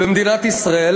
במדינת ישראל,